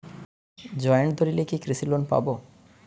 Joint দলিলে কি কৃষি লোন পাব?